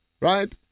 right